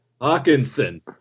Hawkinson